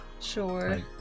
sure